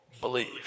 believe